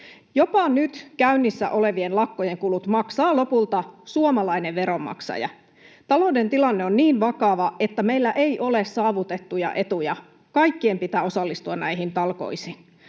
Jopa nyt käynnissä olevien lakkojen kulut maksaa lopulta suomalainen veronmaksaja. Talouden tilanne on niin vakava, että meillä ei ole saavutettuja etuja. Kaikkien pitää osallistua näihin talkoisiin.